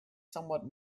somewhat